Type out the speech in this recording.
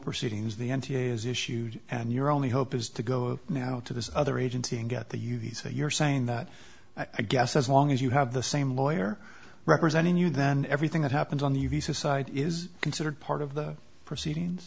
proceedings the n t a is issued and your only hope is to go now to this other agency and get the u v so you're saying that i guess as long as you have the same lawyer representing you then everything that happens on the visa side is considered part of the proceedings